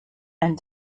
and